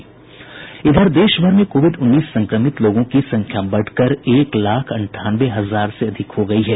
देश भर में कोविड उन्नीस संक्रमित लोगों की संख्या बढकर एक लाख अंठानवे हजार से अधिक हो गयी है